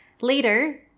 Later